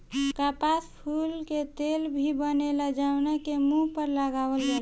कपास फूल से तेल भी बनेला जवना के मुंह पर लगावल जाला